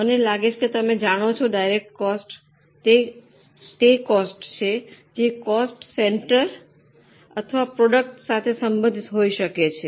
મને લાગે છે કે તમે જાણો છો ડાયરેક્ટ કોસ્ટ તે કોસ્ટ છે જે કોસ્ટ સેંટર અથવા પ્રોડક્ટ સાથે સંબંધિત હોઈ શકે છે